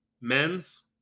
men's